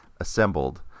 assembled